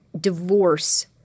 divorce